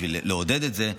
בשביל לעודד את זה.